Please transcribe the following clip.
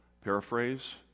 Paraphrase